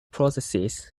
processes